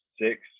six